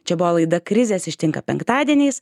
čia buvo laida krizės ištinka penktadieniais